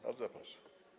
Bardzo proszę.